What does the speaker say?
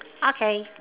okay